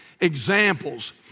examples